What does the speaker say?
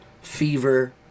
fever